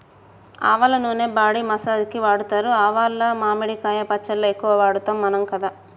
ఆవల నూనె body massage కి వాడుతారు ఆవాలు మామిడికాయ పచ్చళ్ళ ఎక్కువ వాడుతాం మనం కదా